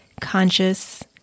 conscious